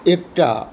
एकटा